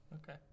okay